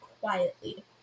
quietly